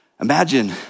Imagine